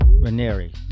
Ranieri